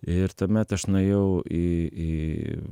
ir tuomet aš nuėjau į į